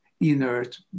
inert